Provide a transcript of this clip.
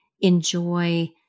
enjoy